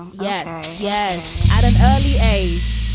yes yes. at an early age,